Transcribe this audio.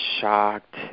shocked